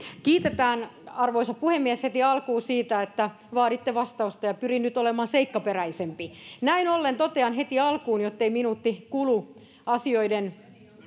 kiitetään heti alkuun siitä että vaaditte vastausta ja pyrin nyt olemaan seikkaperäisempi näin ollen totean heti alkuun jottei minuutti kulu asioiden